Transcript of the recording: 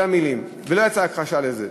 אלה המילים, ולא יצאה הכחשה לזה.